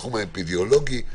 התחום האפידמיולוגי.